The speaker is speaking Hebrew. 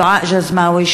דועאא גזמאוי,